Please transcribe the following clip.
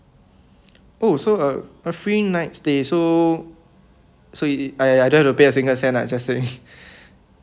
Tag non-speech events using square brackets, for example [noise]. oh so uh a free night stay so so I I don't have to pay a single cent just stay [laughs]